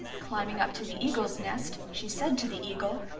climbing up to the eagle's nest she said to the eagle,